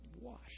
Wash